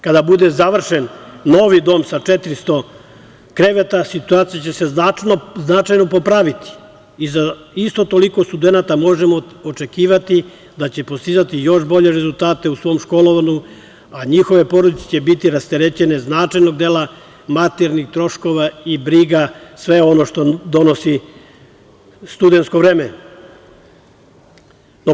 Kada bude završen novi dom, sa 400 kreveta, situacija će se značajno popraviti i za isto toliko studenata možemo očekivati da će postizati još bolje rezultate u svom školovanju, a njihove porodice će biti rasterećene značajnog dela materijalnih troškova i briga, sve ono što donosi studensko vreme.